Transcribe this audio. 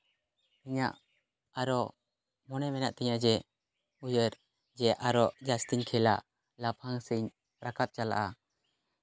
ᱤᱧᱟ ᱜ ᱟᱨᱚ ᱢᱚᱱᱮ ᱢᱮᱱᱟᱜ ᱛᱤᱧᱟ ᱡᱮ ᱩᱭᱦᱟᱹᱨ ᱡᱮ ᱟᱨᱚ ᱡᱟᱹᱥᱛᱤᱧ ᱠᱷᱮᱞᱟ ᱞᱟᱯᱷᱟᱝ ᱥᱮᱫ ᱤᱧ ᱨᱟᱠᱟᱵ ᱪᱟᱞᱟᱜᱼᱟ